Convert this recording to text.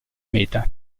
meta